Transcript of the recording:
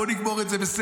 בוא נגמור את זה בסדר,